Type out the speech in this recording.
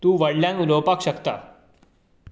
तूं व्हडल्यान उलोवपाक शकता